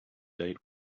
date